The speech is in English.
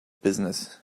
business